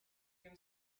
can